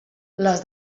les